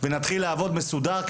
ונתחיל לעבוד מסודר,